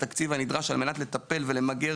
הוא העריך את התקציב הנדרש כדי לטפל ולמגר,